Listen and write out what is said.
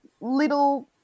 little